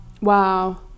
Wow